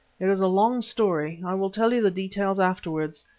it is a long story i will tell you the details afterwards.